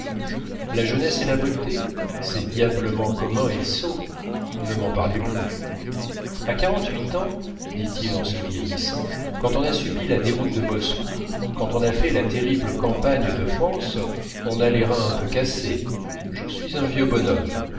la jeunesse et la beauté c'est diablement commun et sot ne m'en parlez plus a quarante-huit ans dit-il en se vieillissant quand on a subi la déroute de moscou quand on a fait la terrible campagne de france on a les reins un peu cassés je suis un vieux bonhomme